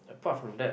apart from that